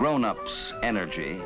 grown ups energy